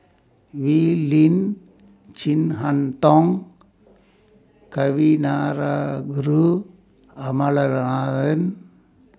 Wee Lin Chin Harn Tong Kavignareru Amallathasan